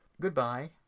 Goodbye